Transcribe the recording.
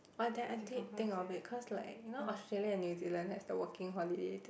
but then I did think of it cause like you know Australia and New Zealand has the working holiday thing